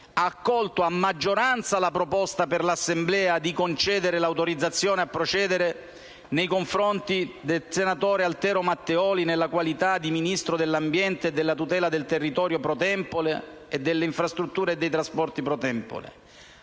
accolto, a maggioranza la proposta per l'Assemblea di concedere l'autorizzazione a procedere nei confronti del senatore Altero Matteoli, nella sua qualità di Ministro dell'ambiente e della tutela del territorio *pro tempore* e delle infrastrutture e dei trasporti *pro tempore*;